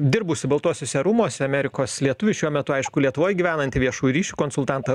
dirbusį baltuosiuose rūmuose amerikos lietuvį šiuo metu aišku lietuvoje gyvenanti viešųjų ryšių konsultantą